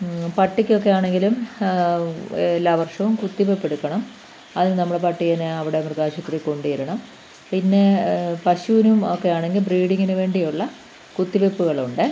പട്ടിക്കൊക്കെയാണെങ്കിലും എല്ലാ വർഷവും കുത്തിവെപ്പെടുക്കണം അത് നമ്മൾ പട്ടീനെ അവിടെ മൃഗാശുപത്രിയിൽ കൊണ്ടുവരണം പിന്നെ പശുവിനും ഒക്കെയാണെങ്കിൽ ബ്രീഡിംഗിന് വേണ്ടിയുള്ള കുത്തിവെപ്പുകളുണ്ട്